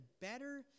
better